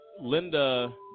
Linda